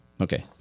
Okay